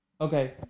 Okay